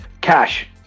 Cash